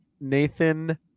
Nathan